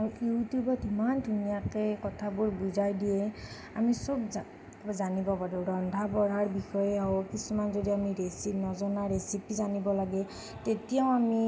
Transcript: আৰু ইউটিউবত ইমান ধুনীয়াকৈ কথাবোৰ বুজাই দিয়ে আমি চব জানিব পাৰোঁ ৰন্ধা বঢ়াৰ বিষয়ে হওক কিছুমান যদি আমি নজনা ৰেচেপি জানিব লাগে তেতিয়াও আমি